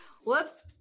Whoops